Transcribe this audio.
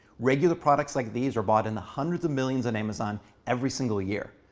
regular products like these are bought in the hundreds of millions on amazon every single year.